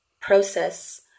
process